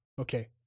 Okay